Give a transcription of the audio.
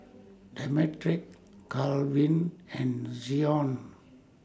Demetric Kalvin and Zion